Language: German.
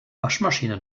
waschmaschine